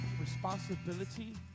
responsibility